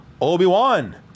Obi-Wan